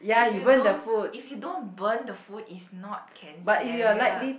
if you don't if you don't burn the food is not cancerous